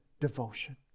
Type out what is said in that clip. devotion